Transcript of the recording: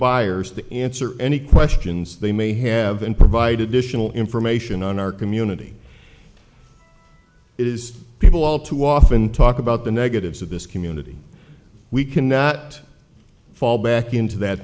buyers to answer any questions they may have and provide additional information on our community it is people all too often talk about the negatives of this community we cannot fall back into that